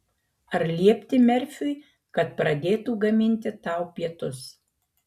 ar liepti merfiui kad pradėtų gaminti tau pietus